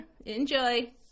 Enjoy